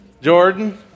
Jordan